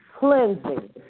cleansing